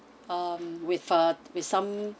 um with a with some